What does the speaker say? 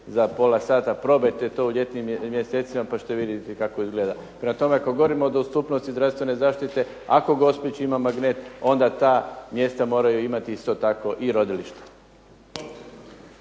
za pola sata. Probajte to u ljetnim mjesecima pa ćete vidjeti kako izgleda. Prema tome ako govorimo o dostupnosti zdravstvene zaštite, ako Gospić ima magnet onda ta mjesta moraju imati isto tako i rodilišta.